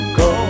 go